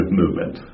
movement